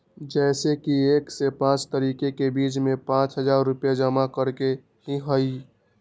जैसे कि एक से पाँच तारीक के बीज में पाँच हजार रुपया जमा करेके ही हैई?